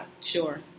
sure